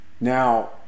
now